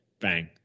Bang